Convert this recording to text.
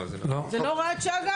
לא, זאת לא הוראת השעה, זה חוק.